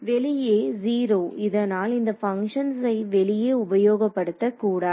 வெளியே 0 இதனால் இந்த பங்க்ஷன்ஸை வெளியே உபயோகப்படுத்தக் கூடாது